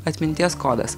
atminties kodas